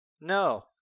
no